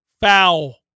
Foul